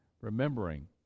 Remembering